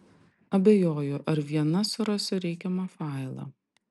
abejoju ar viena surasiu reikiamą failą